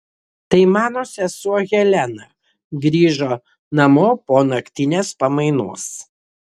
tai mano sesuo helena grįžo namo po naktinės pamainos